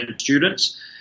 students